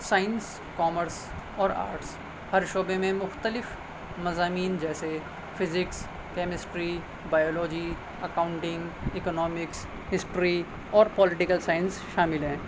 science commerce اور arts ہر شعبے میں مختلف مضامین جیسے physics chemistry biology accounting economics history اور پالیٹیکل سائنس شامل ہیں